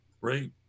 right